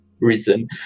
reason